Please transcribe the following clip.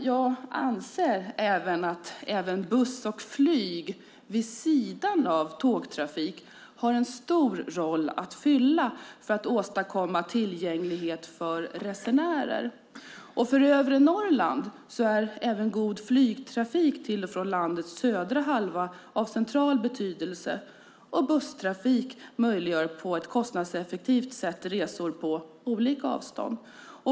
Jag anser att även buss och flyg - vid sidan av tågtrafik - har en stor roll att fylla för att åstadkomma tillgänglighet för resenärer. För övre Norrland är en god flygtrafik till och från landets södra halva av central betydelse, och busstrafik möjliggör på ett kostnadseffektivt sätt resor på olika avstånd.